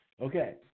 Okay